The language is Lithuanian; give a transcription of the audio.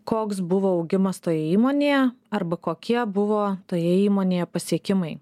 koks buvo augimas toje įmonėje arba kokie buvo toje įmonėje pasiekimai